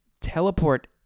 teleport